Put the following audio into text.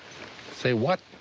say what?